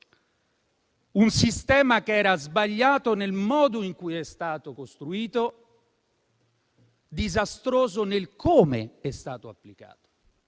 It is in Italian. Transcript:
Il sistema è sbagliato nel modo in cui è stato costruito e disastroso nel come è stato applicato,